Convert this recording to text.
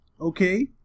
Okay